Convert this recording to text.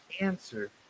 answer